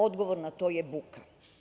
Odgovor na to je buka.